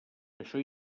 això